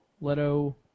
Leto